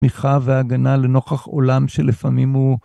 תמיכה והגנה לנוכח עולם שלפעמים הוא